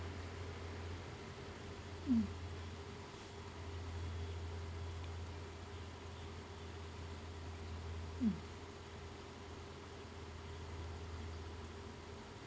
mm mm